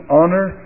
honor